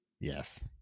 Yes